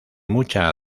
mucha